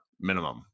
minimum